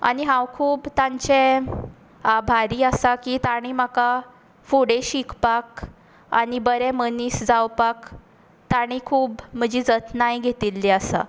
आनी हांव खूब तांचें आभारी आसा की तांणी म्हाका फुडें शिकपाक आनी बरें मनीस जावपाक तांणी खूब म्हजी जतनाय घेतिल्ली आसा